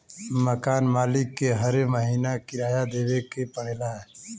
मकान मालिक के हरे महीना किराया देवे पड़ऽला